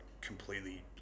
completely